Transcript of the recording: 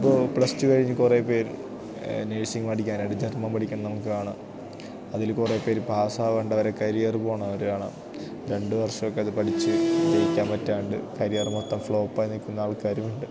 ഇപ്പോള് plus two കഴിഞ്ഞ് കുറേ പേര് നേഴ്സിംഗ് പഠിക്കാനായിണ്ട് ജർമന് പഠിക്കാൻ നമുക്കു കാണാം അതില് കുറേ പേര് പാസ്സാവാണ്ട് അവരെ കരിയര് പോകുന്നതു കാണാം രണ്ടു വർഷമൊക്കെ അത് പഠിച്ചുജയിക്കാൻ പറ്റാണ്ട് കരിയർ മൊത്തം ഫ്ലോപ്പായി നില്ക്കുന്ന ആൾക്കാരുമുണ്ട്